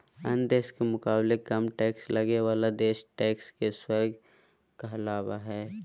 अन्य देश के मुकाबले कम टैक्स लगे बाला देश टैक्स के स्वर्ग कहलावा हई